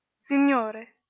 signore,